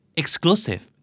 exclusive